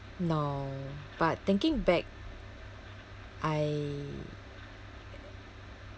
no but thinking back I